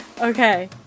Okay